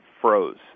froze